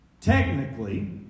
technically